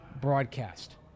broadcast